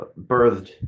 birthed